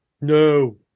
No